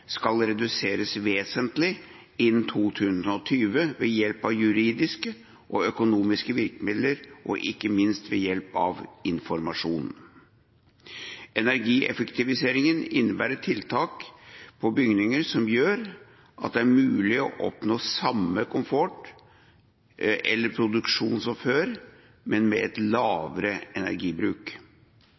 skal reduseres vesentlig innen 2020 ved hjelp av juridiske og økonomiske virkemidler og ikke minst ved hjelp av informasjon. Energieffektiviseringen innebærer tiltak på bygninger som gjør at det er mulig å oppnå samme komfort eller produksjon som før, men med et lavere energibruk.